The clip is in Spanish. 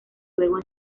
luego